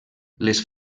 les